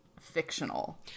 fictional